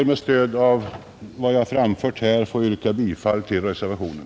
Med stöd av vad jag har anfört yrkar jag bifall till reservationen,